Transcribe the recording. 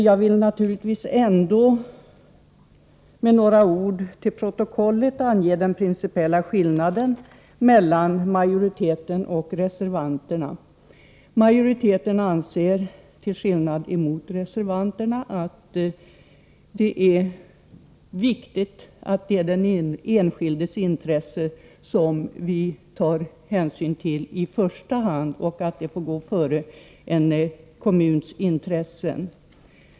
Jag vill naturligtvis ändå med några ord till protokollet ange den principiella skillnaden mellan majoriteten och reservanterna. Majoriteten anser, till skillnad mot reservanterna, att det är viktigt att det är den enskildes intresse som vi tar hänsyn till i första hand och att det får gå före en kommuns intressen.